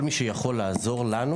כשאנחנו מדברים על הנושא של העיכוב,